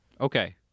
Okay